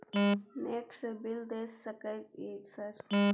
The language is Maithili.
नेट से बिल देश सक छै यह सर?